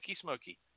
smoky